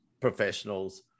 professionals